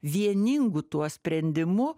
vieningu tuo sprendimu